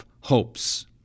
hopes